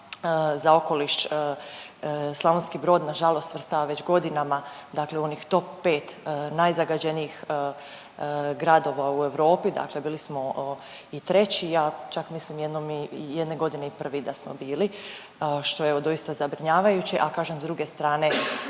za okoliš, Slavonski Brod nažalost svrstava već godinama dakle u onih top 5 najzagađenijih gradova u Europi, dakle bili smo i treći, ja čak mislim jednom i jedne godine i prvi da smo bili, što je evo doista zabrinjavajuće, a kažem s druge strane